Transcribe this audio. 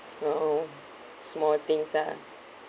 you know small things ah